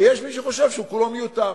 ויש מי שחושב שכולו מיותר.